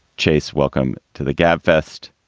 chase, welcome to the gab fest.